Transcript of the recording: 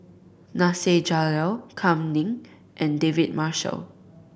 Nasir Jalil Kam Ning and David Marshall